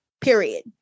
period